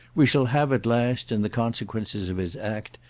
we shall have at last, in the consequences of his act,